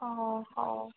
ଅହୋ ହଉ